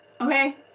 okay